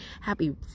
Happy